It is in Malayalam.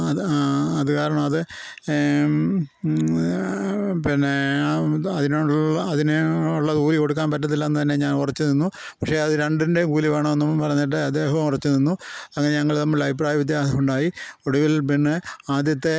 അത് അത് കാരണം അത് പിന്നെ അതിനോടുള്ള അതിനുള്ള കൂലി കൊടുക്കാൻ പറ്റത്തില്ലെന്ന് തന്നെ ഞാൻ ഉറച്ച് നിന്നു പക്ഷെ അത് രണ്ടിൻ്റെയും കൂലി വേണമെന്നും പറഞ്ഞിട്ട് അദ്ദേഹവും ഉറച്ച് നിന്നു അങ്ങനെ ഞങ്ങൾ തമ്മിൽ അഭിപ്രായ വ്യത്യാസമുണ്ടായി ഒടുവിൽ പിന്നെ ആദ്യത്തെ